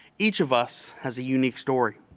each of us has a unique story,